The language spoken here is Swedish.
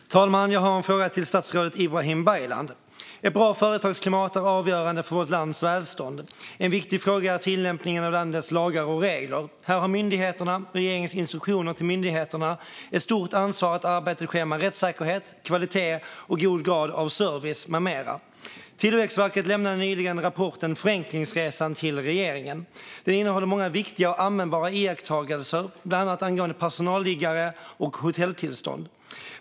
Fru talman! Jag har en fråga till statsrådet Ibrahim Baylan. Ett bra företagsklimat är avgörande för vårt lands välstånd, och en viktig fråga är tillämpningen av landets lagar och regler. Här har myndigheterna och regeringen med sina instruktioner till myndigheterna ett stort ansvar för att arbetet sker med rättssäkerhet, kvalitet och en god grad av service med mera. Tillväxtverket lämnade nyligen rapporten Förenklingsresan till regeringen. Den innehåller många viktiga och användbara iakttagelser, bland annat angående personalliggare och hotelltillstånd.